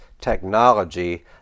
technology